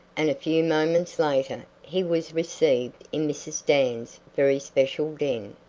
and a few moments later he was received in mrs. dan's very special den.